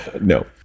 No